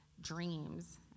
dreams